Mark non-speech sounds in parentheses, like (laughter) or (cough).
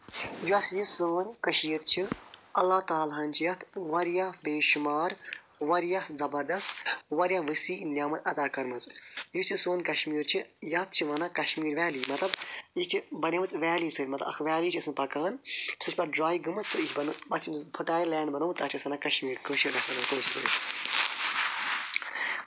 یوٚس یہِ سٲنۍ کٔشیٖر چھِ اللہ تعالیٰ ہَن چھِ یتھ واریاہ بے شُمار واریاہ زَبَردَس واریاہ وسیع نعمت عطا کٔرمٕژ یُس یہِ سون کَشمیٖر چھُ یتھ چھِ ونان کشمیٖر ویلی مَطلَب یہِ چھِ بَنیمٕژ ویلی سٲنۍ مَطلَب اکھ ویلی چھِ آسان پَکان سُہ چھِ پَتہٕ ڈرٛاے گٔمٕژ تہٕ یہِ چھِ (unintelligible) پَتہٕ چھ (unintelligible) فٔٹایل لینٛڈ بَنومُت تَتھ چھِ أسۍ ونان کشمیٖر (unintelligible)